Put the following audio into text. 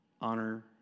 Honor